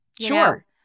Sure